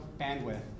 bandwidth